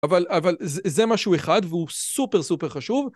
אבל זה משהו אחד והוא סופר סופר חשוב.